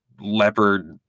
leopard